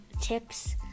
tips